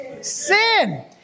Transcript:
sin